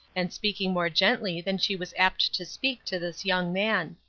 and speaking more gently than she was apt to speak to this young man.